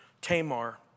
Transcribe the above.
Tamar